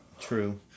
True